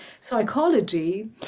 psychology